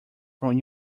from